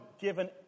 given